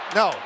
no